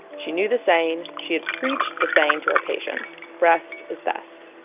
she knew the saying she had preached the saying to her patients breast is best